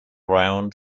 round